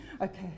okay